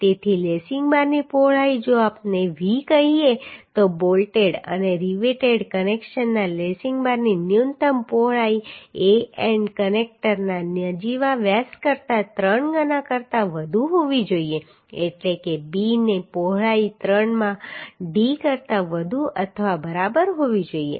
તેથી લેસિંગ બારની પહોળાઈ જો આપણે V કહીએ તો બોલ્ટેડ અને રિવેટેડ કનેક્શનમાં લેસિંગ બારની ન્યૂનતમ પહોળાઈ એ એન્ડ કનેક્ટરના નજીવા વ્યાસ કરતાં 3 ગણા કરતાં વધુ હોવી જોઈએ એટલે કે b ની પહોળાઈ 3 માં d કરતાં વધુ અથવા બરાબર હોવી જોઈએ